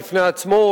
בפני עצמו,